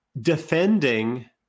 defending